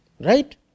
right